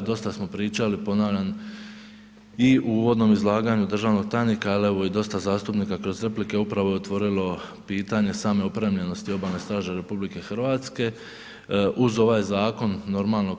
Dosta smo pričali ponavljam i u uvodnom izlaganju državnog tajnika, ali evo i dosta zastupnika kroz replike upravo je otvorilo pitanje same opremljenosti Obalne straže RH uz ovaj zakon normalno